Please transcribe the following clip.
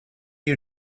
you